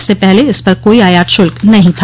इससे पहले इस पर कोई आयात शुल्क नहीं था